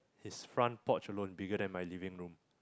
his front porch alone bigger than my living room